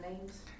names